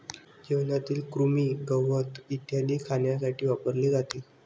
जेवणातील कृमी, गवत इत्यादी खाण्यासाठी वापरले जाते